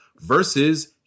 versus